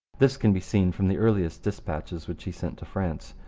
this can be seen from the earliest dispatches which he sent to france.